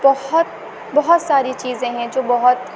بہت بہت ساری چیزیں ہیں جو بہت